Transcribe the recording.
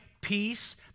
peace